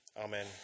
Amen